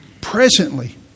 presently